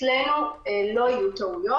אצלנו לא יהיו טעויות,